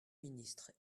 ministre